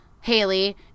Haley